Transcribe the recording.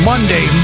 Monday